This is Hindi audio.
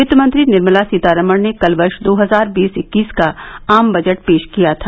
वित्त मंत्री निर्मला सीतारमण ने कल वर्षा दो हजार बीस इक्कीस का आम बजट पेश किया था